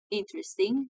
interesting